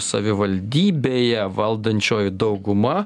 savivaldybėje valdančioji dauguma